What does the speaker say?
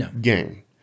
game